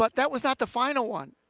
but that was not the final one.